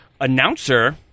announcer